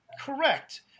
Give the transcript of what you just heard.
correct